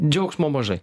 džiaugsmo mažai